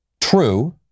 true